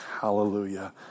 hallelujah